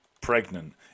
pregnant